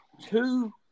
two